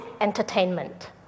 entertainment